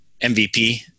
MVP